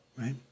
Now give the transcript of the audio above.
right